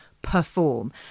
perform